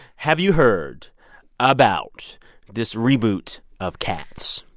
have you heard about this reboot of cats?